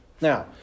Now